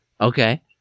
Okay